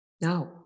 now